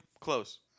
close